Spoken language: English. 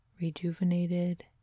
rejuvenated